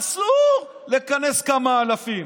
אסור לכנס כמה אלפים